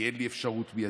כי אין לי אפשרות מיידית.